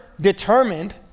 determined